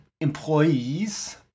employees